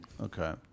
Okay